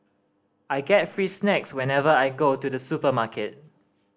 I get free snacks whenever I go to the supermarket